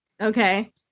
Okay